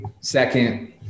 second